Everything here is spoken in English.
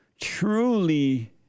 truly